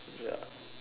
ya